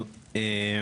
טוב,